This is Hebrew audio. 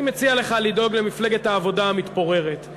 אני מציע לך לדאוג למפלגת העבודה המתפוררת.